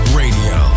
radio